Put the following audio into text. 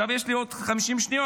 עכשיו יש לי עוד 50 שניות,